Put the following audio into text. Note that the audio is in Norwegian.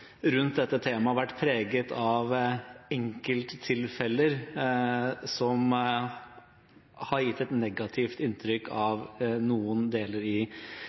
rundt dette temaet vært preget av enkelttilfeller som har gitt et negativt inntrykk av noen deler